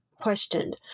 questioned